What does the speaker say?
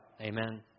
Amen